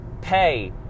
pay